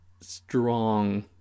strong